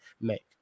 make